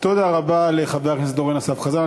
תודה רבה לחבר הכנסת אורן אסף חזן.